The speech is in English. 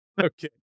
okay